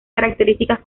características